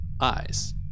eyes